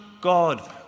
God